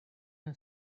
him